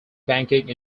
banking